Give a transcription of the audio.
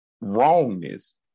wrongness